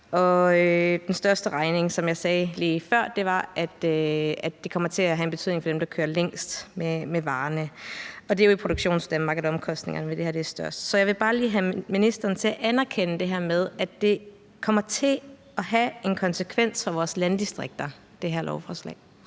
den største regning – som jeg sagde lige før – var, at det kommer til at have en betydning for dem, der kører længst med varerne. Og det er jo i Produktionsdanmark, at omkostningerne ved det her er størst. Så jeg vil bare lige have ministeren til at anerkende det her med, at det her lovforslag kommer til at have en konsekvens for vores landdistrikter. Kl. 11:35 Den fg.